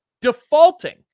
Defaulting